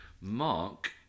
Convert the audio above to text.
mark